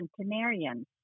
centenarians